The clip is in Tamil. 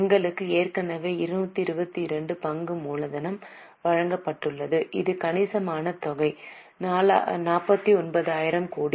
எங்களுக்கு ஏற்கனவே 222 பங்கு மூலதனம் வழங்கப்பட்டுள்ளது இது கணிசமான தொகை 49000 கோடி